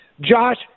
Josh